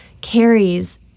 carries